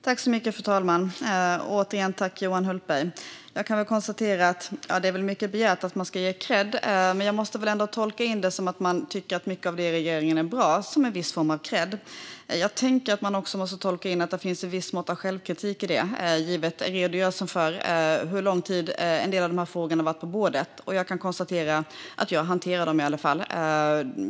Fru talman! Jag tackar Johan Hultberg för debatten. Det är väl mycket begärt att han ska ge kredd, men jag måste väl ändå tolka det som sägs om att mycket av det regeringen gör är bra som en viss form av kredd. Jag tror att man också måste tolka in att det finns ett visst mått av självkritik i detta, givet redogörelsen för hur lång tid en del av de här frågorna har varit på bordet. Jag kan konstatera att jag i alla fall hanterar dem.